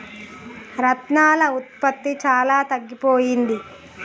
రత్నాల ఉత్పత్తి చాలా తగ్గిపోయింది